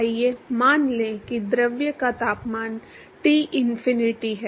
आइए मान लें कि द्रव का तापमान T इनफिनिटी है